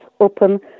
open